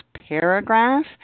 paragraph